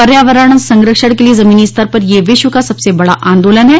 पर्यावरण संरक्षण के लिए जमीनी स्तर पर यह विश्व का सबसे बड़ा आन्दोलन है